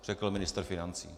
Řekl ministr financí.